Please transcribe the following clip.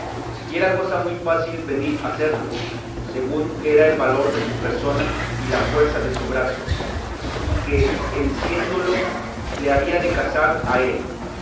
y era cosa muy fácil venir a serlo según era el valor de su persona y la fuerza de su brazo y que en siéndolo le había de casar a él